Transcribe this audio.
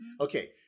okay